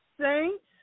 Saints